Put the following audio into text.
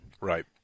Right